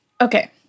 Okay